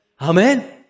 Amen